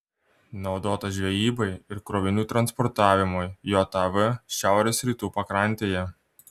naudotas žvejybai ir krovinių transportavimui jav šiaurės rytų pakrantėje